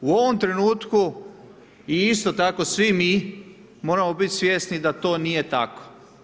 U ovom trenutku i isto tako svi mi moramo biti svjesni da to nije tako.